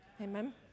Amen